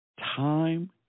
time